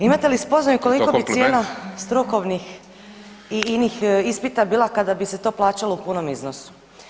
Imate li spoznaju koliko [[Upadica: Jel to kompliment?]] bi cijena strukovnih i inih ispita bila kada bi se to plaćalo u punom iznosu?